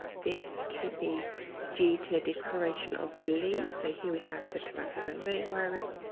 this could be due to discoloration of the leaves, so here we have the tobacco mosaic virus,